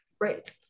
Right